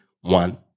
one